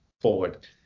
forward